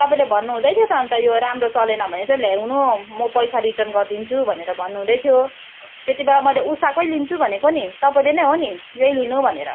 तपाईँले भन्नु हुँदै थियो त अन्त यो राम्रो चलेन भने चाहिँ ल्याउनु म पैसा रिटर्न गरिदिन्छु भनेर भन्नु हुँदै थियो त्यति बेला मैले उसाकै लिन्छु भनेको नि तपाईँले नै हो नि यही लिनु भनेर